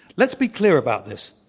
let's be clear about this.